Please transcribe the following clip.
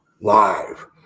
live